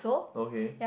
okay